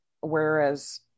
whereas